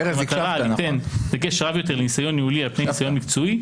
אך במטרה ליתן דגש רב יותר לניסיון ניהולי על פני ניסיון מקצועי,